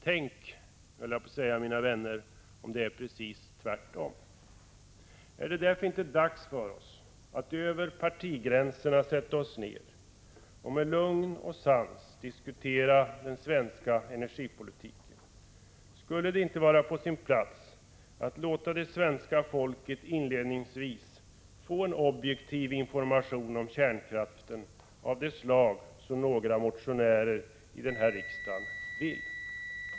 Tänk — höll jag på att säga — mina vänner om det är precis tvärtom! Är det därför inte dags för oss att över partigränserna sätta oss ned och med lugn och sans diskutera den svenska energipolitiken? Skulle det inte vara på sin plats att låta det svenska folket inledningsvis få en objektiv information om kärnkraften av det slag som några motionärer i riksdagen vill?